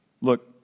look